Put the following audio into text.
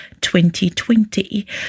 2020